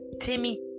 Timmy